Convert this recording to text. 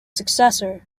successor